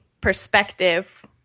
perspective